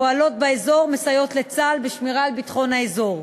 פועלות באזור ומסייעות לצה"ל בשמירה על ביטחון האזור.